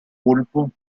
pulpo